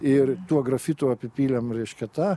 ir tuo grafitu apipylėm reiškia tą